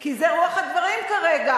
כי זו רוח הדברים כרגע,